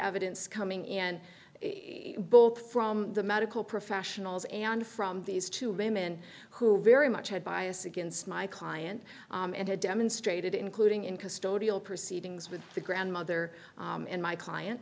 evidence coming in both from the medical professionals and from these two women who very much had bias against my client and had demonstrated including in custodial proceedings with the grandmother and my client